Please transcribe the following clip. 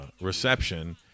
reception